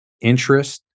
interest